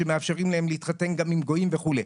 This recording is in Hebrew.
שמאפשרים להם להתחתן גם עם גויים וכולי.